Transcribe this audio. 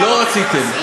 לא רציתם.